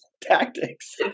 tactics